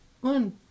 one